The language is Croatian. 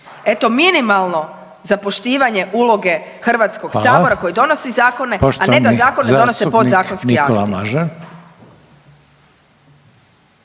Eto minimalno za poštivanje uloge HS koji donosi zakone, a ne da zakone donose podzakonski akti.